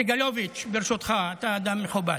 סגלוביץ', ברשותך, אתה אדם מכובד.